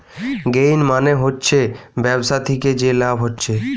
gain মানে হচ্ছে ব্যবসা থিকে যে লাভ হচ্ছে